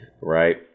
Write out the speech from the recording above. right